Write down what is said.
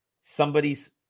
somebody's